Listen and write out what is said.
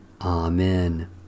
Amen